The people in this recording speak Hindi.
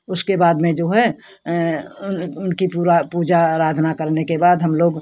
उसके बाद में जो है उन उनकी पूरा पूजा आराधना करने के बाद हम लोग